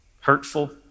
hurtful